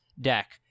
deck